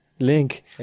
link